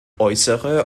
äußere